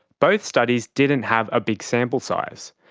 both studies didn't have a big sample size.